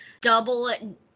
double